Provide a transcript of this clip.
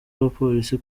abapolisi